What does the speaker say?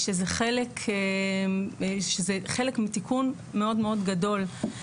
זה חלק מתיקון מאוד גדול.